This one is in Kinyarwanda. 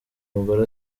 mugore